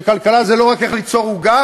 שכלכלה זה לא רק איך ליצור עוגה,